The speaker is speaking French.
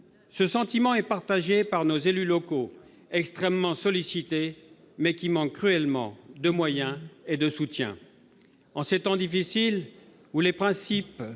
Ce sentiment est partagé par nos élus locaux, extrêmement sollicités, mais qui manquent cruellement de moyens et de soutien. En ces temps difficiles où les principes